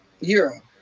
Europe